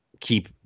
keep